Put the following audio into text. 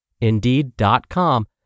Indeed.com